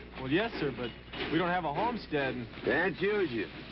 well, yes, sir, but we don't have a homestead. can't use you.